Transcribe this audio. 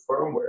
firmware